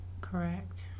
Correct